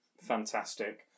fantastic